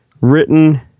Written